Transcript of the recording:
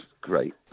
great